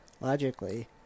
logically